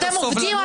ממשלת הסובלנות